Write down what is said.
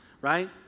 right